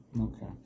okay